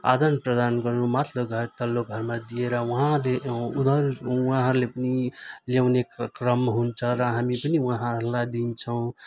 आदान प्रदान गर्नु माथ्लो घर तल्लो घरमा दिएर उहाँ दे उनीहरू उहाँहरूले पनि ल्याउने क्र क्रम हुन्छ र हामी पनि उहाँहरूलाई दिन्छौँ